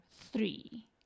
three